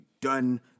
done